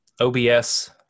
OBS